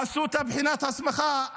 עשו את בחינת ההסמכה,